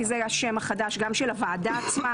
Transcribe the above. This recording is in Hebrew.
כי זה השם החדש גם של הוועדה עצמה,